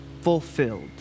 fulfilled